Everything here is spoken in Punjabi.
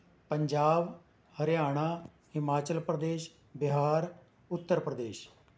ਪੰਜਾਬ ਹਰਿਆਣਾ ਹਿਮਾਚਲ ਪ੍ਰਦੇਸ਼ ਬਿਹਾਰ ਉੱਤਰ ਪ੍ਰਦੇਸ਼